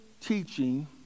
teaching